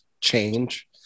change